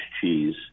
cheese